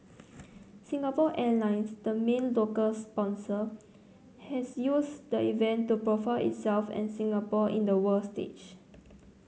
Singapore Airlines the main local sponsor has used the event to profile itself and Singapore in the world stage